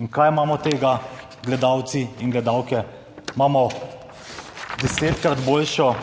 In kaj imamo od tega gledalci in gledalke? Imamo desetkrat boljšo